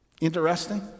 interesting